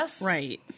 Right